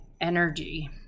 energy